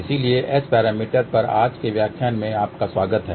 इसलिए S parameters पर आज के व्याख्यान में आपका स्वागत है